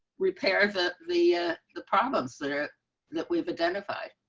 repair that the ah the problems that that we've identified